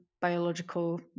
biological